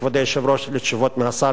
כבוד היושב-ראש, לתשובות מהשר.